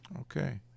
Okay